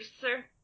sir